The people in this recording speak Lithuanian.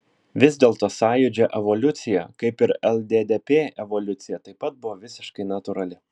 vis dėlto sąjūdžio evoliucija kaip ir lddp evoliucija taip pat buvo visiškai natūrali